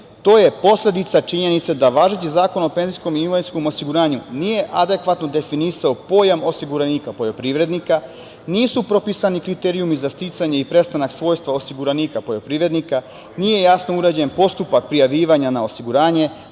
to je posledica činjenice da važeći Zakon o PIO nije na adekvatan način definisao pojam osiguranika, poljoprivrednika, nisu propisani kriterijumi za sticanje i prestanak svojstva osiguranika poljoprivrednika, nije jasno urađen postupak prijavljivanja na osiguranje,